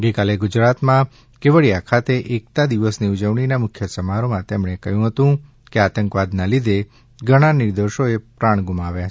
ગઈકાલે ગુજરાતમાં કેવડિયા ખાતે એકતા દિવસની ઉજવણીના મુખ્ય સમારોહમાં તેમણે કહ્યું કે આતંકવાદના લીધે ઘણાં નિર્દોષોએ પ્રાણ ગુમાવ્યા છે